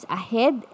ahead